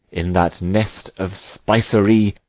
in that nest of spicery,